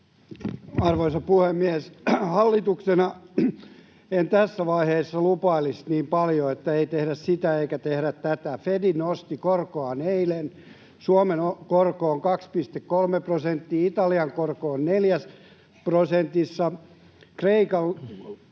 Arvoisa puhemies! Hallituksena en tässä vaiheessa lupailisi niin paljon, että ei tehdä sitä eikä tehdä tätä. FED nosti korkoaan eilen. Suomen korko on 2,3 prosenttia, Italian korko on neljässä prosentissa. Kreikan